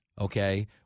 okay